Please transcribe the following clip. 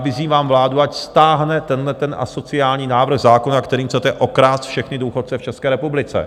Vyzývám vládu, ať stáhne tenhle asociální návrh zákona, kterým chce okrást všechny důchodce v České republice.